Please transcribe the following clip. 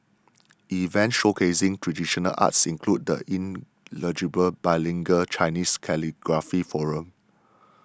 events showcasing traditional arts include the inaugural bilingual Chinese calligraphy forum